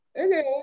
okay